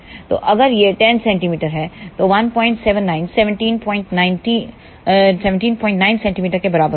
तोअगर यह 10 cm है तो 179 179 cm के बराबर होगा